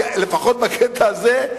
לפחות בקטע הזה,